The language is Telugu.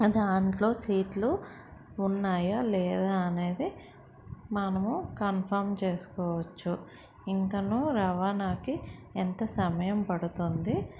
దాంట్లో సీట్లు ఉన్నాయో లేదా అనేది మనము కన్ఫామ్ చేసుకోవచ్చు ఇంకను రవాణాకి ఎంత సమయం పడుతుంది